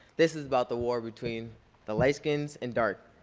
this is about the war between the light skins and dark.